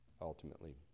ultimately